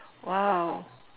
!wow!